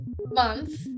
month